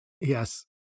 Yes